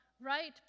right